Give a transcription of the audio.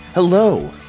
Hello